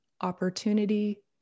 opportunity